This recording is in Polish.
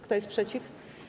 Kto jest przeciw?